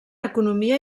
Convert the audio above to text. economia